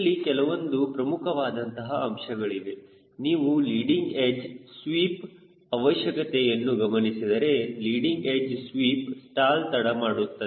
ಇಲ್ಲಿ ಕೆಲವೊಂದು ಪ್ರಮುಖವಾದಂತಹ ಅಂಶಗಳಿವೆ ನೀವು ಲೀಡಿಂಗ್ ಎಡ್ಚ್ ಸ್ವೀಪ್ ಅವಶ್ಯಕತೆಯನ್ನು ಗಮನಿಸಿದರೆ ಲೀಡಿಂಗ್ ಎಡ್ಚ್ ಸ್ವೀಪ್ ಸ್ಟಾಲ್ ತಡ ಮಾಡುತ್ತದೆ